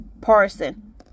Parson